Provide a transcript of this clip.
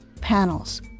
panels